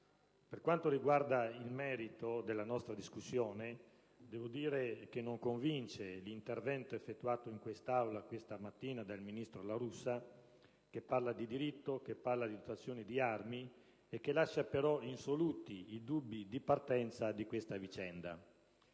Per quanto riguarda il merito della nostra discussione, devo dire che non convince l'intervento effettuato in quest'Aula questa mattina dal ministro La Russa, che parla di diritto, di dotazioni di armi, lasciando però insoluti i dubbi di partenza di questa vicenda.